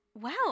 wow